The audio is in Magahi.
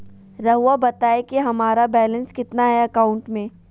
रहुआ बताएं कि हमारा बैलेंस कितना है अकाउंट में?